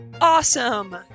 Awesome